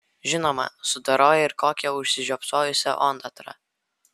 žinoma sudoroja ir kokią užsižiopsojusią ondatrą